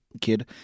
kid